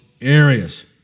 areas